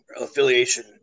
affiliation